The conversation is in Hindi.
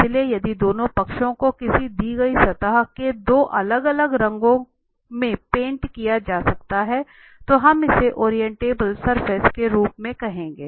इसलिए यदि दोनों पक्षों को किसी दी गई सतह के दो अलग अलग रंगों में पेंट किया जा सकता है तो हम इसे ओरिएंटेबल सरफेस के रूप में कहेंगे